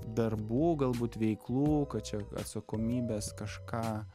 darbų galbūt veiklų kad čia atsakomybės kažką